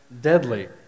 Deadly